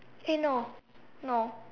eh no no